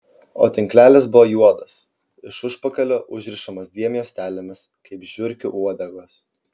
o tinklelis buvo juodas iš užpakalio užrišamas dviem juostelėmis kaip žiurkių uodegos